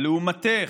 ולעומתך,